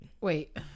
Wait